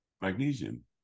magnesium